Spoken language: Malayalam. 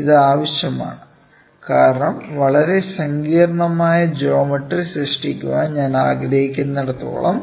ഇത് ആവശ്യമാണ് കാരണം വളരെ സങ്കീർണ്ണമായ ജോമട്രി സൃഷ്ടിക്കാൻ ഞാൻ ആഗ്രഹിക്കുന്നിടത്തെല്ലാം